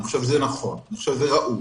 אני חושב שזה נכון ושזה ראוי,